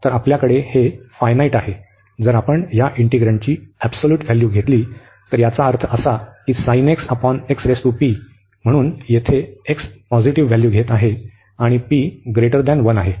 तर आपल्याकडे हे फायनाईट आहे जर आपण या इंटिग्रॅण्टची एबसोल्यूट व्हॅल्यू घेतली तर याचा अर्थ असा की म्हणून येथे x पॉझिटिव्ह व्हॅल्यू घेत आहे आणि p 1 आहे